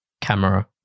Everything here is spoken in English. camera